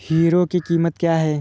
Hero की कीमत क्या है?